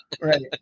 right